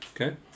Okay